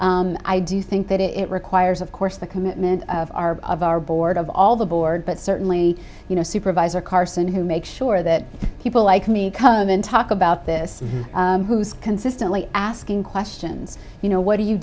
i do think that it requires of course the commitment of our of our board of all the board but certainly you know supervisor carson who make sure that people like me come and talk about this who is consistently asking questions you know what are you